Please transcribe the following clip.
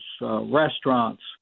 restaurants